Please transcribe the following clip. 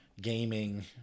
gaming